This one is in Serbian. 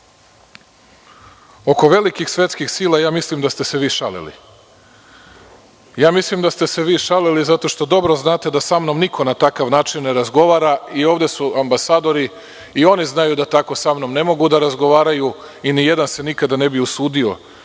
oko velikih svetskih sila mislim da ste se vi šalili. Mislim da ste se šalili zato što dobro znate da sa mnom niko na takav način ne razgovara, i ovde su i svi ambasadori i dobro znaju da tako sa mnom ne mogu da razgovaraju i nijedan se nikada ne bi usudio